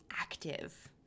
active